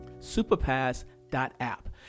superpass.app